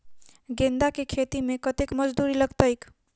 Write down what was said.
गेंदा केँ खेती मे कतेक मजदूरी लगतैक?